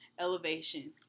elevation